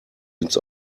ins